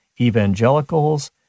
Evangelicals